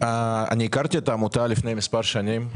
אני הכרתי את העמותה לפני מספר שנים.